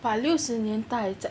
but 六十年代